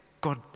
God